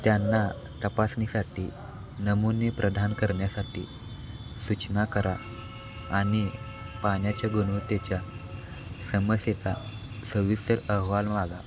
त्यांना तपासणीसाठी नमुने प्रदान करण्यासाठी सूचना करा आणि पाण्याच्या गुणवत्तेच्या समस्येचा सविस्तर अहवाल मागा